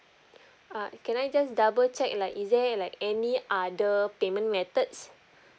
uh can I just double check like is there like any other payment methods